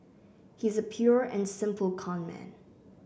he's a pure and simple conman